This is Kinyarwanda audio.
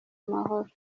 mahoro